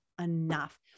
enough